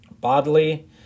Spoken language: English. Bodley